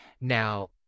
Now